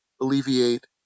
alleviate